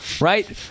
right